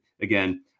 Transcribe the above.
again